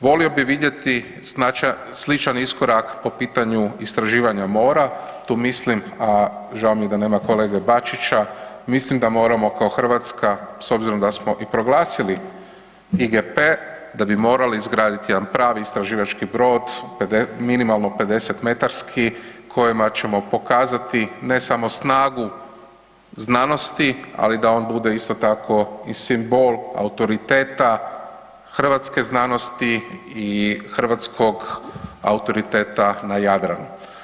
Volio bih vidjeti sličan iskorak po pitanju istraživanja mora, tu mislim, a žao mi je da nema kolege Bačića, mislim da moramo kao Hrvatska s obzirom da smo i proglasili IGP da bi morali izgraditi jedan pravi istraživački brod minimalno 50 metarski kojima ćemo pokazati ne samo snagu znanosti, ali da on bude isto tako i simbol autoriteta hrvatske znanosti i hrvatskog autoriteta na Jadranu.